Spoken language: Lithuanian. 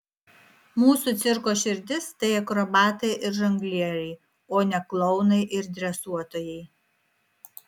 mūsų cirko širdis tai akrobatai ir žonglieriai o ne klounai ir dresuotojai